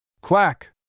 Quack